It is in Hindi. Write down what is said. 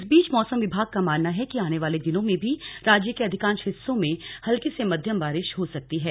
इस बीच मौसम विभाग का मानना है कि आने वाले दिनों में भी राज्य के अधिकांश हिस्सों में हल्की से मध्यम बारिश हो सकती है